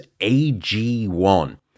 AG1